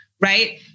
right